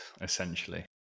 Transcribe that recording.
essentially